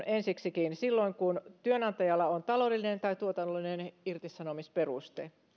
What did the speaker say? ensiksikin silloin kun työnantajalla on taloudellinen tai tuotannollinen irtisanomisperuste